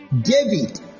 David